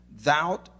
thou